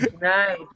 Nice